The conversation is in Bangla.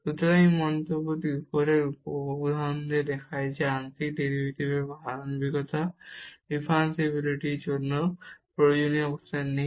সুতরাং এই মন্তব্যটি উপরের উদাহরণ দেখায় যে আংশিক ডেরিভেটিভের ধারাবাহিকতা ডিফারেনশিবিলিটির জন্য প্রয়োজনীয় অবস্থায় নেই